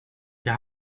wir